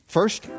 First